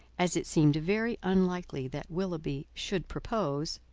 as it seemed very unlikely that willoughby should propose,